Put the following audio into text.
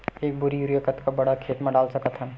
एक बोरी यूरिया ल कतका बड़ा खेत म डाल सकत हन?